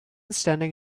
standing